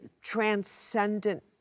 transcendent